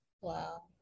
Wow